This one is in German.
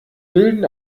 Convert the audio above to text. bilden